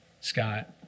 scott